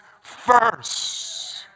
first